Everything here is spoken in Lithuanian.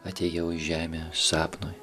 atėjau į žemę sapnui